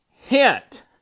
Hint